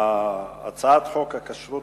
להצעת חוק הכשרות